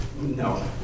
No